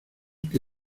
que